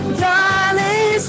darling